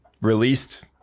released